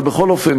בכל אופן,